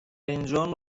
اینجا